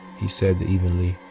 he said evenly.